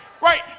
right